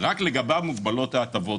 רק לגביו מוגבלות ההטבות.